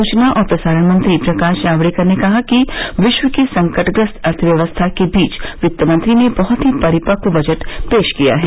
सूचना और प्रसारण मंत्री प्रकाश जावड़ेकर ने कहा कि विश्व की संकटग्रस्त अर्थव्यवस्था के बीच वित्त मंत्री ने बहत ही परिपक्व बजट पेश किया है